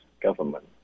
government